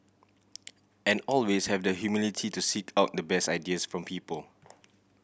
and always have the humility to seek out the best ideas from people